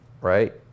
right